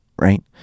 right